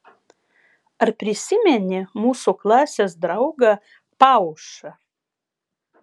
ar prisimeni mūsų klasės draugą paušą